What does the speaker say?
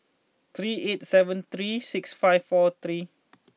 three eight seven three six five four three